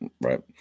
right